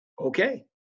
okay